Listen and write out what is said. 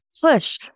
push